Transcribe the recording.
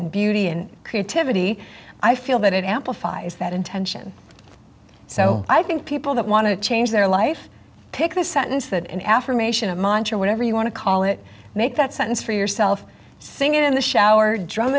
and beauty and creativity i feel that it amplifies that intention so i think people that want to change their life take the sentence that an affirmation of mine or whatever you want to call it make that sentence for yourself sing in the shower dr